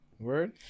Word